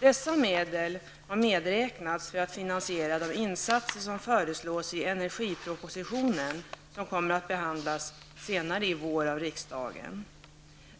Dessa medel har medräknats för att finansiera de insatser som föreslås i energipropositionen, som kommer att behandlas senare i vår av riksdagen.